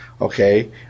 okay